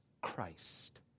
Christ